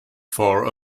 for